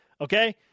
Okay